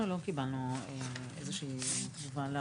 אנחנו לא קיבלנו איזושהי תגובה.